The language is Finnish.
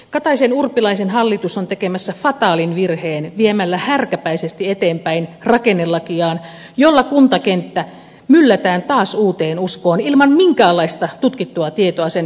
kataisenurpilaisen hallitus on tekemässä fataalin virheen viemällä härkäpäisesti eteenpäin rakennelakiaan jolla kuntakenttä myllätään taas uuteen uskoon ilman minkäänlaista tutkittua tietoa sen hyödyistä